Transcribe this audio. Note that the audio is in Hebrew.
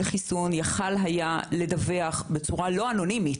חיסון יכול היה לדווח בצורה לא אנונימית,